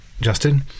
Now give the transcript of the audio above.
Justin